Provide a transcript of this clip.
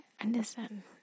understand